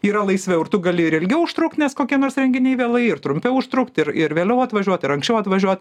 yra laisviau ir tu gali ir ilgiau užtrukt nes kokie nors renginiai vėlai ir trumpiau užtrukt ir ir vėliau atvažiuot ir anksčiau atvažiuo